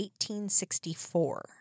1864